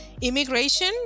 immigration